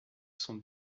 sont